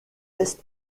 est